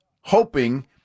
hoping